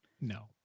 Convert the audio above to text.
No